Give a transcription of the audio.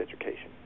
education